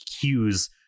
cues